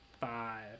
five